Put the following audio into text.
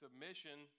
Submission